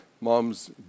moms